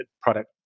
product